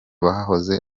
bahoze